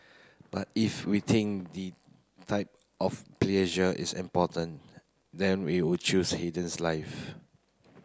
but if we think the type of pleasure is important then we would choose Haydn's life